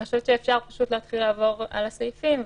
אני חושבת שאפשר להתחיל לעבור על הסעיפים,